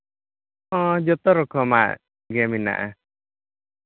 ᱦᱚᱸ ᱡᱚᱛᱚ ᱨᱚᱠᱚᱢᱟᱜ ᱜᱮ ᱢᱮᱱᱟᱜᱼᱟ